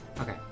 Okay